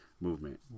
movement